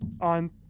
on